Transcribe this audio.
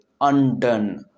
undone